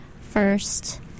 first